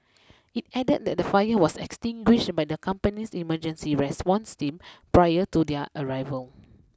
it added that the fire was extinguished by the company's emergency response team prior to their arrival